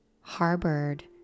harbored